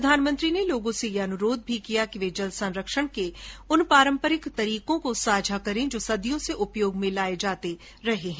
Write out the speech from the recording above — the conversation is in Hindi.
प्रधानमंत्री ने लोगों से यह अनुरोध भी किया कि वे जल संरक्षण के उन पारम्परिक तरीकों को साझा करें जो सदियों से उपयोग में लाए जाते रहे हैं